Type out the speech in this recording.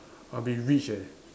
I'll be rich eh